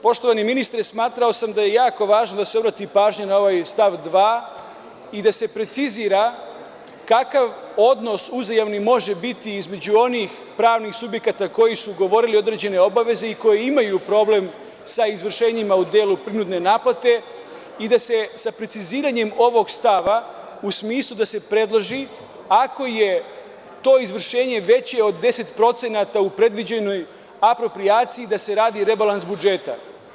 Poštovani ministre, smatrao sam da je jako važno da se obrati pažnja na ovaj stav 2. i da se precizira kakav uzajamni odnos može biti između onih pravnih subjekata koji su ugovorili određene obaveze i koji imaju problem sa izvršenjima u delu prinudne naplate i da se sa preciziranjem ovog stava u smislu da se predloži, ako je to izvršenje veće od 10% u predviđenoj aproprijaciji, da se radi rebalans budžeta.